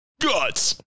guts